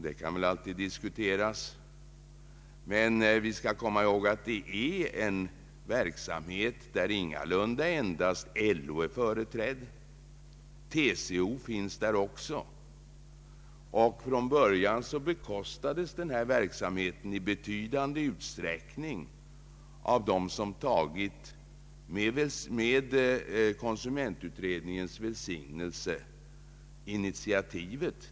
Det kan väl alltid diskuteras, men vi skall komma ihåg att det är en verksamhet i vilken ingalunda endast LO är företrädd. TCO finns också med. Från början bekostades verksamheten i betydande utsträckning av dem som med konsumentutredningens välsignelse tagit initiativet.